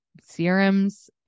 serums